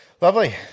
Lovely